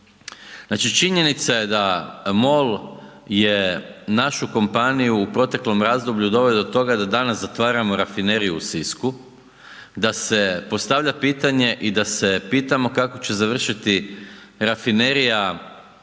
Znači činjenica je da MOL je našu kompaniju u proteklom razdoblju doveo do toga da danas zatvaramo Rafineriju u Sisku, da se postavlja pitanje i da se pitamo kako će završiti Rafinerija u